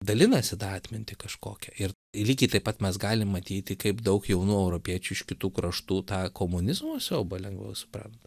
dalinasi tą atmintį kažkokią ir lygiai taip pat mes galim matyti kaip daug jaunų europiečių iš kitų kraštų tą komunizmo siaubą lengviau supranta